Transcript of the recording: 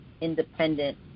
independent